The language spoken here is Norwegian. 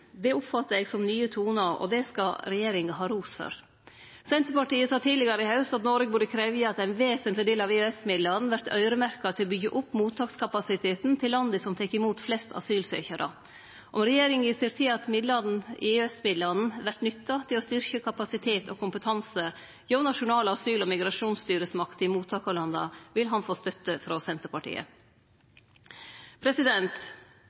Det oppfattar eg som nye tonar, og det skal regjeringa ha ros for. Senterpartiet sa tidlegare i haust at Noreg burde krevje at ein vesentleg del av EØS-midlane vert øyremerkt til å byggje opp mottakskapasiteten til landa som tek imot flest asylsøkjarar. Om regjeringa ser til at EØS-midlar vert nytta til å styrkje kapasitet og kompetanse hjå nasjonale asyl- og migrasjonsstyresmakter i mottakarlanda, vil dei få støtte frå Senterpartiet.